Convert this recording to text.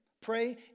Pray